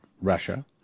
Russia